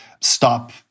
stop